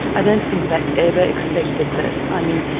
i don't think they ever expected this. i mean,